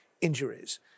injuries